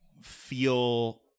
feel